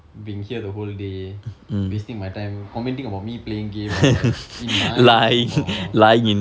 being here the whole day wasting my time commenting about me playing game all in my room some more